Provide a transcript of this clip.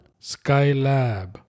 Skylab